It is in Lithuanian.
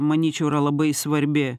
manyčiau yra labai svarbi